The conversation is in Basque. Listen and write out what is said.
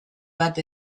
bat